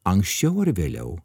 anksčiau ar vėliau